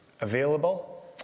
available